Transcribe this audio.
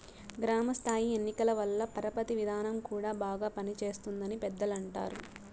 గ్రామ స్థాయి ఎన్నికల వల్ల పరపతి విధానం కూడా బాగా పనిచేస్తుంది అని పెద్దలు అంటారు